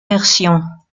version